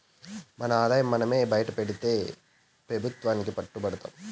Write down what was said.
మన ఆదాయం మనమే బైటపెడితే పెబుత్వానికి పట్టు బడతాము